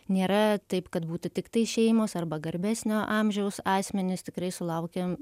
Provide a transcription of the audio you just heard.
nėra taip kad būtų tiktai šeimos arba garbesnio amžiaus asmenys tikrai sulaukiam